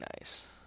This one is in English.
nice